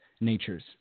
natures